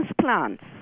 plants